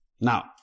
Now